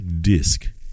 disc